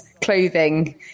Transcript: clothing